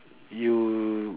you